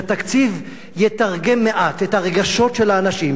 שהתקציב יתרגם מעט את הרגשות של האנשים